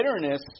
bitterness